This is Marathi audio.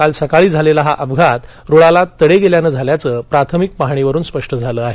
काल सकाळी झालेला हा अपघात रुळाला तडे गेल्यानं झाल्याचं प्राथमिक पहाणीवरून स्पष्ट झालं आहे